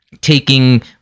taking